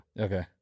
Okay